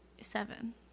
Seven